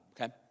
okay